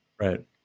Right